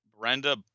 Brenda